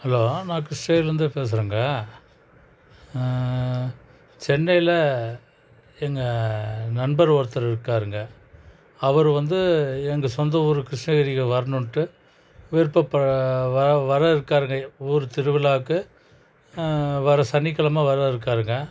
hello நான் கிருஷ்ணகிரிலேருந்து பேசுறேங்க சென்னையில் எங்கள் நண்பர் ஒருத்தர் இருக்காருங்க அவர் வந்து எங்கள் சொந்த ஊர் கிருஷ்ணகிரிக்கு வரணும்ன்ட்டு விருப்பப்ப வர வர இருக்காருங்க ஊர் திருவிழாவுக்கு வர்ற சனிக்கிழம வர இருக்காருங்க